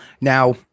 Now